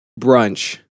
brunch